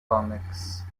comics